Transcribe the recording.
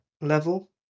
level